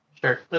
sure